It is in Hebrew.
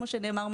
כפי שנאמר,